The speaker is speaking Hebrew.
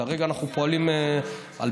כרגע אנחנו פועלים, פורסם.